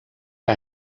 que